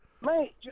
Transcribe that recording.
Mate